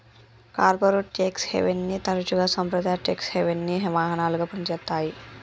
corporate tax హెవెన్ని తరచుగా సాంప్రదాయ ట్యేక్స్ హెవెన్కి వాహనాలుగా పనిచేత్తాయి